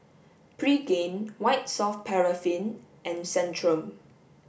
Pregain White Soft Paraffin and Centrum